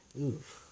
Oof